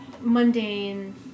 mundane